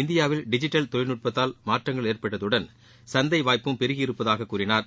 இந்தியாவில் டிஜிட்டல் தொழில்நுட்பத்தால் மாற்றங்கள் ஏற்பட்டதுடன் சந்தை வாய்ப்பும் பெருகியிருப்பதாகக் கூறினார்